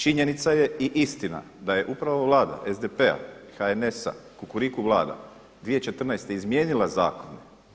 Činjenica je i istina da je upravo Vlada SDP-a, HNS-a Kukuriku vlada 2014. izmijenila zakon.